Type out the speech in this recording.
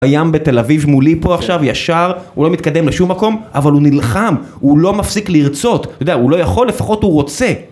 הים בתל אביב מולי פה עכשיו ישר, הוא לא מתקדם לשום מקום, אבל הוא נלחם, הוא לא מפסיק לרצות, אתה יודע, הוא לא יכול, לפחות הוא רוצה.